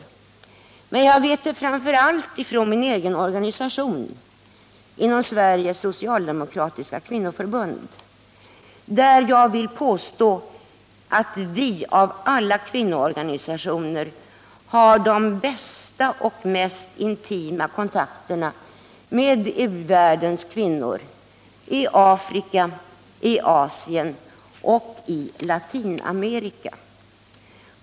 Framför allt vet jag det genom min egen organisation, Sveriges socialdemokratiska kvinnoförbund, som jag vill påstå av alla kvinnoorganisationer har de bästa och mest intima kontakterna med u-världens kvinnor — i Afrika, Asien och Latinamerika.